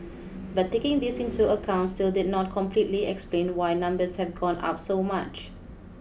but taking this into account still did not completely explain why numbers have gone up so much